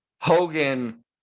Hogan